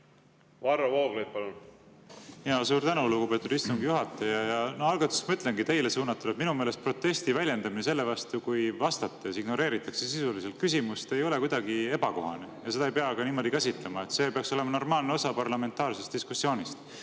jutt käib üldse? Suur tänu, lugupeetud istungi juhataja! Algatuseks ma ütlengi teile suunatult, et minu meelest protesti väljendamine selle vastu, kui vastates ignoreeritakse sisuliselt küsimust, ei ole kuidagi ebakohane ja seda ei pea ka niimoodi käsitlema. See peaks olema normaalne osa parlamentaarsest diskussioonist.